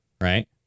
right